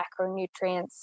macronutrients